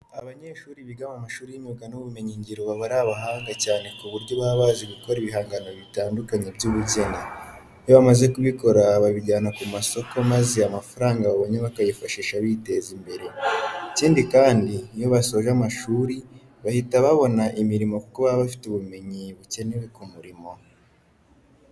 Abanyeshuri biga mu mashuri y'imyuga n'ubumenyingiro baba ari abahanga cyane ku buryo baba bazi gukora ibihangano bitandukanye by'ubugeni. Iyo bamaze kubikora babijyana ku masoko maze amafaranga babonye bakayifashisha biteza imbere. Ikindi kandi, iyo basoje amashuri bahita babona imirimo kuko baba bafite ubumenyi bukenewe ku murimo.